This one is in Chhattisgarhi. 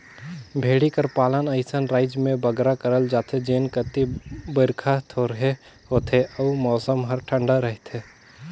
भेंड़ी कर पालन अइसन राएज में बगरा करल जाथे जेन कती बरिखा थोरहें होथे अउ मउसम हर ठंडा रहथे